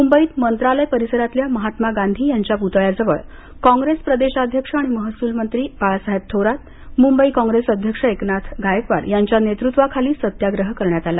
मुंबईत मंत्रालय परिसरातल्या महात्मा गांधी यांच्या प्तळ्याजवळ काँग्रेस प्रदेशाध्यक्ष आणि महसूल मंत्री बाळासाहेब थोरात मुंबई कॉंग्रेस अध्यक्ष एकनाथ गायकवाड यांच्या नेतृत्वाखाली सत्याग्रह करण्यात आला